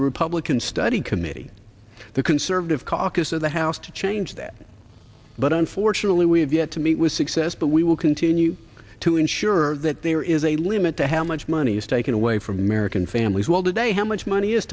the republican study committee the conservative caucus of the house to change that but unfortunately we have yet to meet with success but we will continue to ensure that there is a limit to how much money is taken away from american families well today how much money is